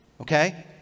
Okay